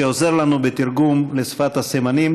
שעוזר לנו בתרגום לשפת הסימנים.